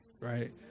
right